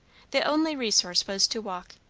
the only resource was to walk.